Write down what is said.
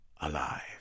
alive